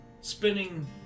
Spinning